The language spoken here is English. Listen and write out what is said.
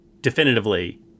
definitively